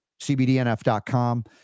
cbdnf.com